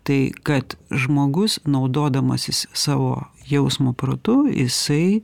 tai kad žmogus naudodamasis savo jausmo protu jisai